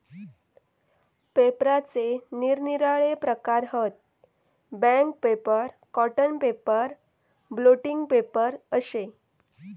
पेपराचे निरनिराळे प्रकार हत, bank paper, cotton paper, blotting paper अशे